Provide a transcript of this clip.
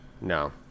No